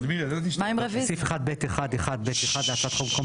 סעיף 1(ב1)(1)(ב)(1) להצעת החוק,